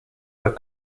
were